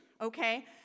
Okay